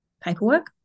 paperwork